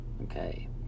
okay